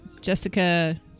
Jessica